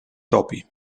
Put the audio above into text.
topi